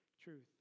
truth